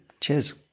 cheers